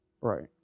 Right